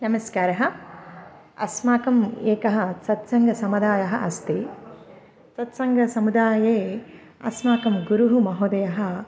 नमस्कारः अस्माकम् एकः सत्सङ्ग समुदायः अस्ति सत्सङ्गसमुदाये अस्माकं गुरुः महोदयः